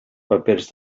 papers